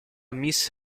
miss